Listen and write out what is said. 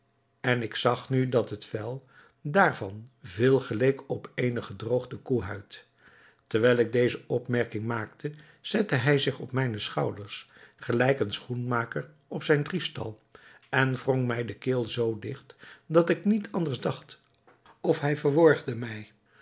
en ik zag nu dat het vel daarvan veel geleek op eene gedroogde koehuid terwijl ik deze opmerking maakte zette hij zich op mijne schouders gelijk een schoenmaker op zijn driestal en wrong mij de keel zoo digt dat ik niet anders dacht of hij verworgde mij